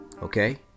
Okay